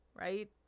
right